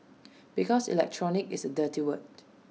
because electronic is A dirty word